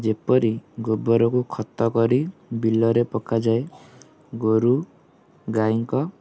ଯେପରି ଗୋବରକୁ ଖତ କରି ବିଲରେ ପକାଯାଏ ଗୋରୁ ଗାଈଙ୍କ